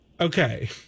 okay